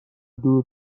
دور